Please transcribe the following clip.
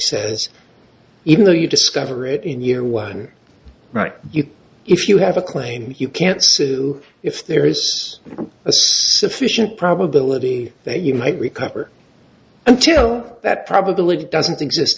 says even though you discover it in year one right you if you have a claim you can't sue if there is a so efficient probability that you might recover until that probability doesn't exist